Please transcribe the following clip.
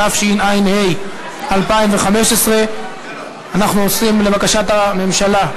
התשע"ה 2015. לבקשת הממשלה,